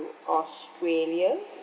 australia